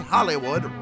Hollywood